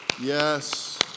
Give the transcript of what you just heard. Yes